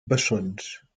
bessons